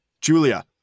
Julia